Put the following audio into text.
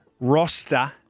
roster